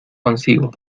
consigo